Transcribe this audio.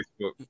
Facebook